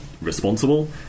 responsible